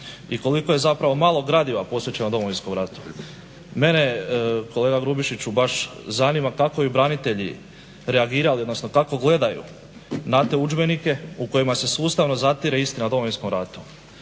i koliko je zapravo malo gradiva posvećeno Domovinskom ratu. Mene kolega Grubišiću baš zanima kako bi branitelji reagirali, odnosno kako gledaju na te udžbenike u kojima se sustavno zatire istina o Domovinskom ratu,